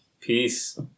Peace